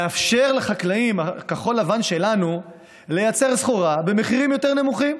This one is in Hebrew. לאפשר לחקלאים כחול-לבן שלנו לייצר סחורה במחירים יותר נמוכים,